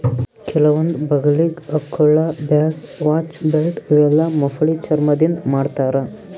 ಕೆಲವೊಂದ್ ಬಗಲಿಗ್ ಹಾಕೊಳ್ಳ ಬ್ಯಾಗ್, ವಾಚ್, ಬೆಲ್ಟ್ ಇವೆಲ್ಲಾ ಮೊಸಳಿ ಚರ್ಮಾದಿಂದ್ ಮಾಡ್ತಾರಾ